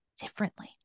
differently